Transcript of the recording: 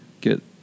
get